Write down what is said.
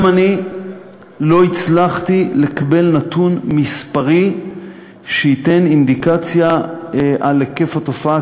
גם אני לא הצלחתי לקבל נתון מספרי שייתן אינדיקציה להיקף התופעה,